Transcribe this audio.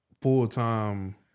full-time